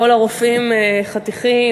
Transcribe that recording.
כל הרופאים חתיכים,